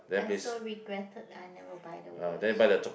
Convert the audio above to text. I so regretted I never buy the watch